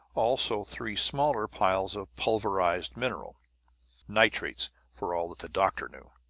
also three smaller piles of pulverized mineral nitrates, for all that the doctor knew.